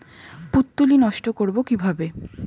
পুত্তলি নষ্ট করব কিভাবে?